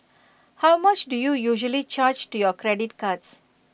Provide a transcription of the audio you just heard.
how much do you usually charge to your credit cards